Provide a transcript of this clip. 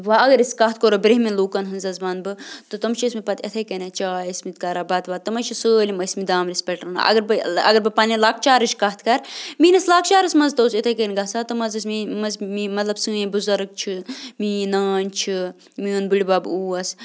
وۄنۍ اگر أسۍ کَتھ کَرو برُنٛہِمہِ لوٗکَن ہٕنٛز حظ وَنہٕ بہٕ تہٕ تِم چھِ ٲسۍمٕتۍ پَتہٕ یِتھَے کٔنٮ۪تھ چاے ٲسۍمٕتۍ کَران بَتہٕ وَتہٕ تِم حظ چھِ سٲلِم ٲسۍمٕتۍ دانٛمبرِس پٮ۪ٹھ اگر بہٕ اَگر بہٕ پنٛنہِ لۄکچارٕچ کَتھ کَرٕ میٛٲنِس لۄکچارَس منٛز تہِ اوس یِتھَے کٔنۍ گژھان تِم حظ ٲسۍ میٛٲنۍ یِم حظ میٛٲنۍ مطلب سٲنۍ بُزَرٕگ چھِ میٛٲنۍ نانۍ چھِ میون بٕڈبَب اوس